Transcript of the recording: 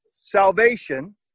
salvation